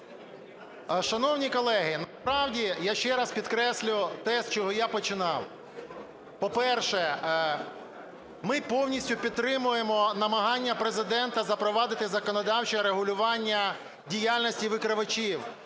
Шановні колеги, насправді, я ще раз підкреслю те, з чого я починав. По-перше, ми повністю підтримуємо намагання Президента запровадити законодавче регулювання діяльності викривачів.